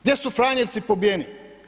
Gdje su franjevci pobijeni?